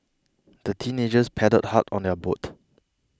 the teenagers paddled hard on their boat